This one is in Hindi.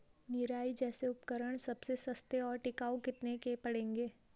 निराई जैसे उपकरण सबसे सस्ते और टिकाऊ कितने के पड़ेंगे?